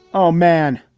oh, man.